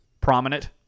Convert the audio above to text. prominent